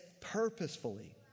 purposefully